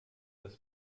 das